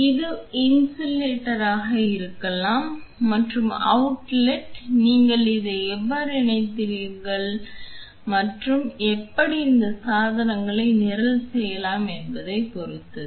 இது இன்லெட்டாக இருக்கலாம் மற்றும் அவுட்லெட் நீங்கள் அதை எவ்வாறு இணைத்தீர்கள் மற்றும் எப்படி இந்த சாதனங்களை நிரல் செய்யலாம் என்பதைப் பொறுத்தது